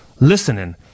listening